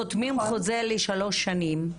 חותמים חוזה לשלוש שנים,